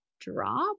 drop